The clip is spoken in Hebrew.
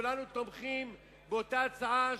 כולנו תומכים באותה הצעה,